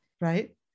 Right